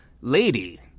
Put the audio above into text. lady